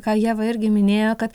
ką ieva irgi minėjo kad